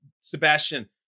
Sebastian